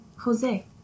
Jose